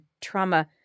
trauma